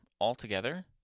altogether